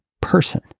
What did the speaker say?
person